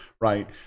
right